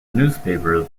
newspaper